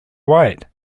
white